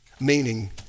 Meaning